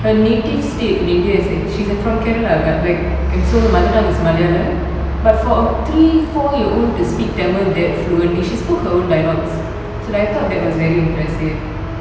her native state in india is like she's from Kerala lah but like and so her mother tongue is Malayalam but for a three four year old to speak tamil that fluently she spoke her own dialogues so like I thought that was very impressive